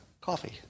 coffee